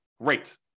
great